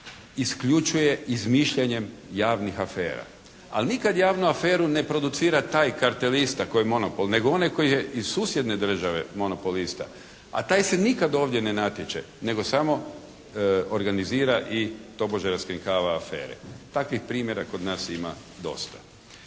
isključuje izmišljanjem javnih afera. Ali nikad javnu aferu ne producira taj kartelista koji je monopol nego onaj koji je iz susjedne države monopolista. A taj se nikad ovdje ne natječe, nego samo organizira i tobože raskrinkava afera. Takvih primjera kod nas ima dosta.